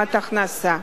השלמת הכנסה.